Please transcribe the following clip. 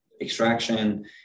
extraction